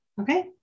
Okay